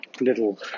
little